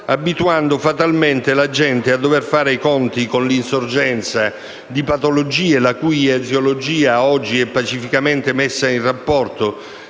abituando fatalmente la gente a dover fare i conti con l'insorgenza di patologie la cui eziologia oggi è pacificamente messa in rapporto